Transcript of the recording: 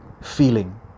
feeling